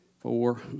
four